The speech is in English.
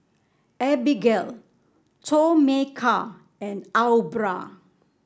Abigale Tomeka and Aubra